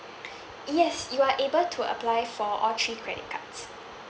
yes you are able to apply for all three credit cards